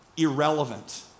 Irrelevant